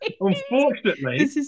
Unfortunately